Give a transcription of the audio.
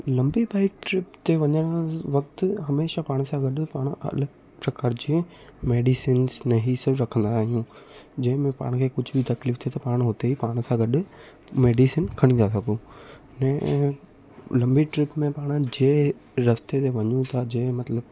लंबी bike trip ते वञणु वक़्तु हमेशा पाण सां गॾु पाण अलॻि प्रकार जी मेडिसिन्स ने हीउ सभु रखंदा आहियूं जंहिंमें पाण खे कुझु बि तकलीफ़ु थिए पाण हुते ई पाण सां गॾु मेडिसिन खणी था सघूं ऐं लंबी ट्रिप में पाण जंहिं रस्ते ते वञूं था जंहिं मतिलबु